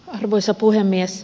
arvoisa puhemies